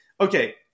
okay